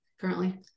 currently